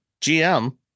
GM